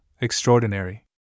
extraordinary